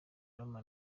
roma